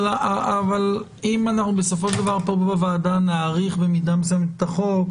אבל אם אנחנו בסופו של דבר פה בוועדה נאריך במידה מסוימת את החוק,